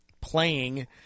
playing